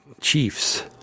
chiefs